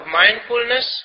mindfulness